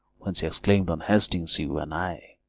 when she exclaim'd on hastings, you, and i,